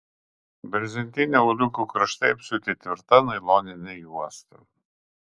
brezentinių auliukų kraštai apsiūti tvirta nailonine juosta